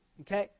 okay